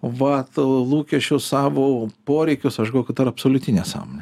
vat lūkesčius savo poreikius aš galvojau kad tai yra absoliuti nesąmonė